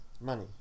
money